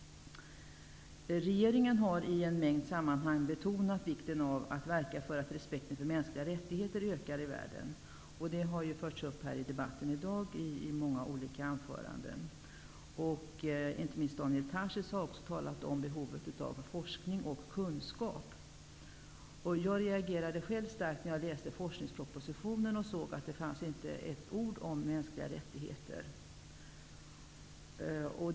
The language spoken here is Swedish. Regeringen har i en mängd sammanhang betonat vikten av att verka för att respekten för mänskliga rättigheter ökar i världen. Det har tagits upp i debatten här i dag i många anföranden. Inte minst Daniel Tarschys har talat om behovet av forskning och kunskap. Jag reagerade själv starkt när jag läste forskningspropositionen och såg att den inte innehöll ett ord om mänskliga rättigheter.